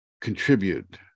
contribute